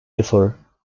differ